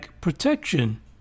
protection